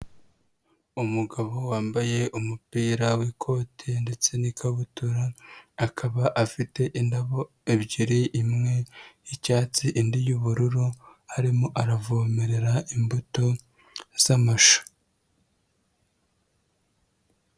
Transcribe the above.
Umugabo wambaye umupira w'ikote ndetse n'ikabutura, akaba afite indabo ebyiri, imwe y'icyatsi, indi y'ubururu, arimo aravomerera imbuto z'amasha.